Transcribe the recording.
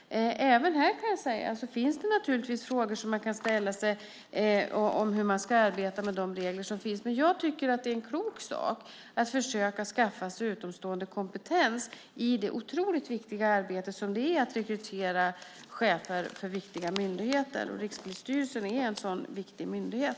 Även här finns det frågor som man kan ställa sig om hur man ska arbeta med de regler som finns, men det är klokt att försöka skaffa sig utomstående kompetens i det otroligt viktiga arbete som det är att rekrytera chefer för viktiga myndigheter. Rikspolisstyrelsen är en sådan viktig myndighet.